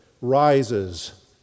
rises